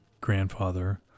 grandfather